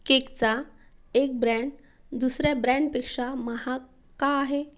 केकचा एक ब्रँड दुसऱ्या ब्रँडपेक्षा महाग का आहे